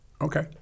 Okay